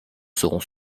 seront